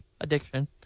addiction